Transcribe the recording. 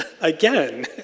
again